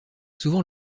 souvent